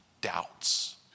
doubts